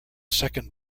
second